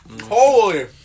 Holy